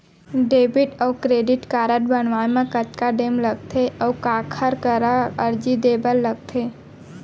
Debit अऊ credit card बनवाए मा कतका टेम लगथे, अऊ काखर करा अर्जी दे बर लगथे?